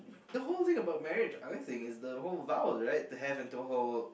the whole thing about marriage unless I think is the vow right to have and to hold